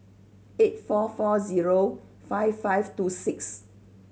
eight four four zero five five two six